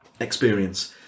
experience